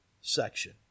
section